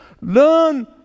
Learn